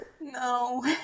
No